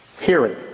Hearing